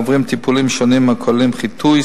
עוברים טיפולים שונים הכוללים חיטוי,